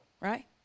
right